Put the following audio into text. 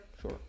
sure